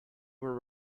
were